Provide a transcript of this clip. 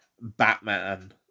Batman